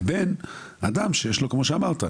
לבין אדם שיש לו כמו שאמרת,